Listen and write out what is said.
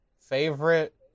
Favorite